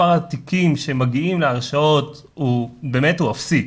מספר התיקים שמגיעים להרשעות באמת הוא אפסי.